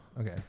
Okay